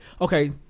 okay